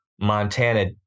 Montana